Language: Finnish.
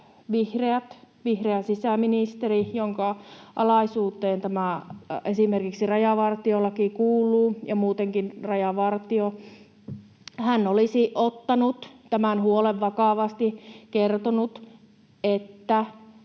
vihreä sisäministeri, jonka alaisuuteen esimerkiksi tämä rajavartiolaki kuuluu ja muutenkin Rajavartio, olisi ottanut tämän huolen vakavasti ja kertonut, että